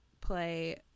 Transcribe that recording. play